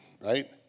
right